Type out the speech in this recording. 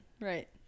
right